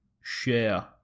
share